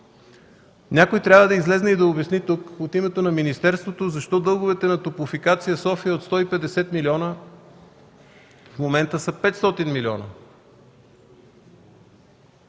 Някой трябва да излезе и да обясни тук от името на министерството защо дълговете на Топлофикация-София от 150 милиона в момента са 500 милиона?